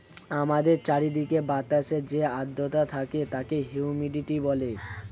আমাদের চারিদিকের বাতাসে যে আর্দ্রতা থাকে তাকে হিউমিডিটি বলে